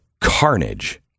carnage